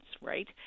right